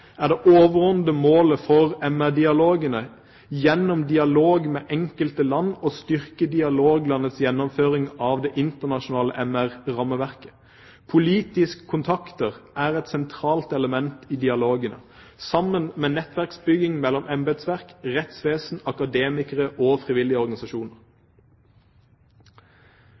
er det overordnede målet for MR-dialogene gjennom dialog med enkelte land å styrke dialoglandets gjennomføring av det internasjonale MR-rammeverket. Politiske kontakter er et sentralt element i dialogene, sammen med nettverksbygging mellom embetsverk, rettsvesen, akademikere og frivillige organisasjoner.